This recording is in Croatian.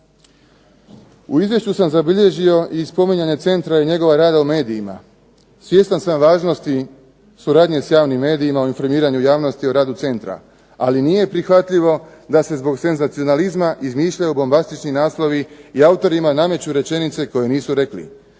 U izvješću sam zabilježio i spominjanje centra i njegova rada u medijima. Svjestan sam važnosti suradnje sa javnim medijima informiranja javnosti o radu Centra, ali nije prihvatljivo da se zbog senzacionalizma izmišljaju bombastični naslovi, i autorima nameću rečenice koje nisu rekli,